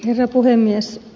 herra puhemies